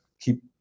keep